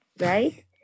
Right